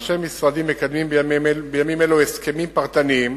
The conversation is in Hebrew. אנשי משרדי מקדמים בימים אלו הסכמים פרטניים